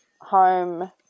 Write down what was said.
home